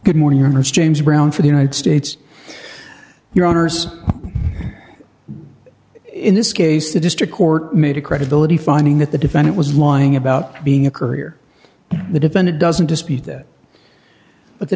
good morning james brown for the united states your honour's in this case the district court made a credibility finding that the defendant was lying about being a career the defendant doesn't dispute it but the